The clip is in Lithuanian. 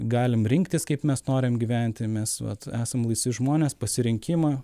galim rinktis kaip mes norim gyventi mes vat esam laisvi žmonės pasirinkimą